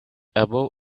above